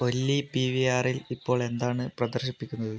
Ollie P V ആറിൽ ഇപ്പോൾ എന്താണ് പ്രദർശിപ്പിക്കുന്നത്